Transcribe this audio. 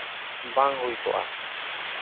ᱵᱟᱝ ᱦᱩᱭ ᱠᱚᱜᱼᱟ